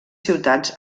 ciutats